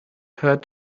heard